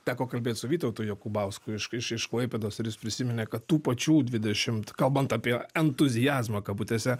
teko kalbėt su vytautu jokubausku iš iš klaipėdos ir jis prisiminė kad tų pačių dvidešimt kalbant apie entuziazmą kabutėse